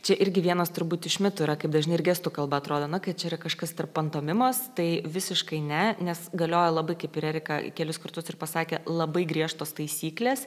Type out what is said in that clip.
čia irgi vienas turbūt iš mitų yra kaip dažnai ir gestų kalba atrodo na kad čia yra kažkas tarp pantomimos tai visiškai ne nes galioja labai kaip ir erika kelis kartus ir pasakė labai griežtos taisyklės